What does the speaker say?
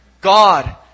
God